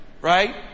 right